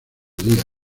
día